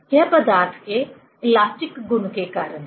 यह पदार्थ के इलास्टिक गुण के कारण है